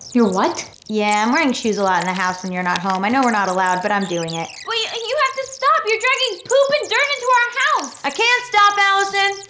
you're what? yeah, i'm wearing shoes a lot in the house when you're not home. i know we're not allowed, but i'm doing it. wait, you have to stop! you're dragging poop and dirt into our house! i can't stop, allison!